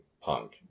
punk